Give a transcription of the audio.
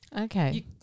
Okay